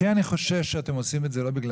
הכי אני חושש שאתם עושים את זה לא בגלל